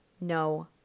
No